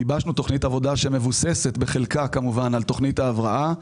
גיבשנו תוכנית עבודה שמבוססת בחלקה על תוכנית ההבראה.